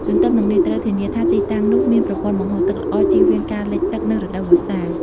ទន្ទឹមនឹងនេះ ត្រូវធានាថាទីតាំងនោះមានប្រព័ន្ធបង្ហូរទឹកល្អ ជៀសវាងការលិចទឹកនៅរដូវវស្សា។